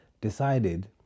decided